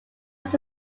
was